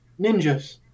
ninjas